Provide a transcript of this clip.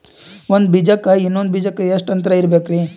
ಒಂದ್ ಬೀಜಕ್ಕ ಇನ್ನೊಂದು ಬೀಜಕ್ಕ ಎಷ್ಟ್ ಅಂತರ ಇರಬೇಕ್ರಿ?